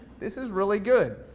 this is really good.